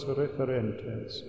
referentes